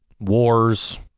Wars